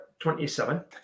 27